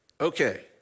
Okay